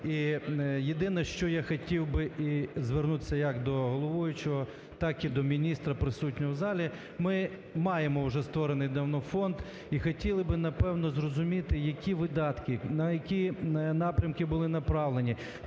І єдине, що я хотів би і звернутися як до головуючого, так і до міністра, присутнього в залі. Ми маємо вже створений давно фонд і хотіли би, напевно, зрозуміти які видатки, на які напрямки були направлені,